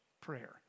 prayer